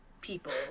people